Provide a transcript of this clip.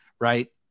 right